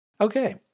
Okay